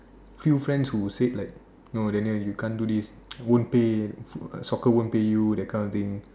few friends who said like Daniel you can't do this soccer won't pay you that kind of thing